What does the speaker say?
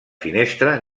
finestra